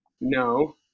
No